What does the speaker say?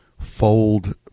fold